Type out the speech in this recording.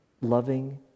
loving